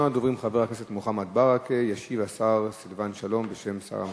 הצעות לסדר-היום מס' 7242, 7243, 7250,